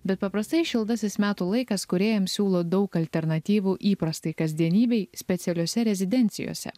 bet paprastai šiltasis metų laikas kūrėjams siūlo daug alternatyvų įprastai kasdienybei specialiose rezidencijose